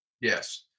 Yes